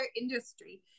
industry